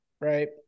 right